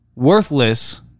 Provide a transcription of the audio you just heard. worthless